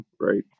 Right